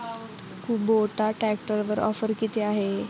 Kubota ट्रॅक्टरवर offer किती आहे?